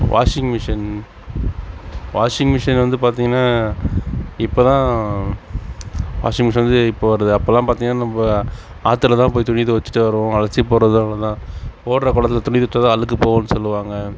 washing machine washing machine வந்து பார்த்தீங்கன்னா இப்போ தான் வாஷிங் மிஷின் வந்து இப்போ வருது அப்போல்லாம் பார்த்தீங்கன்னா நம்ம ஆற்றில் தான் போய் துணி துவச்சிட்டு வருவோம் அலசி போடுறதும் அங்ககே தான் ஓடுற குளத்துல துணி தோச்சால் தான் அழுக்கு போகுன் சொல்லுவாங்க